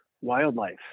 wildlife